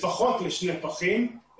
לפחות לשני פחים,